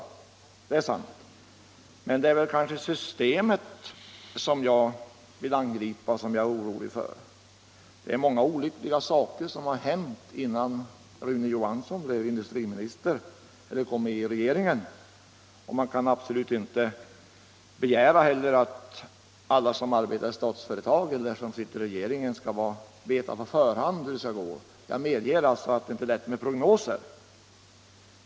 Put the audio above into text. Det är systemet som gör mig orolig och som jag vill angripa. Det är många olyckliga saker som har hänt innan Rune Johansson blev industriministerellerens kommit in i regeringen. Man kan absolut inte heller begära att alla som arbetar i Statsföretag eller sitter i regeringen skall veta på förhand hur det skall gå. Jag medger alltså att det inte är lätt att ställa prognoser.